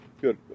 good